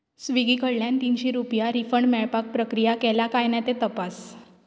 Swiggy कडल्यान तिनशी रुपया रिफंड मेळपाक प्रक्रिया केल्या काय ना तें तपास